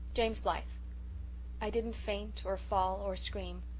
james blythe i didn't faint or fall or scream.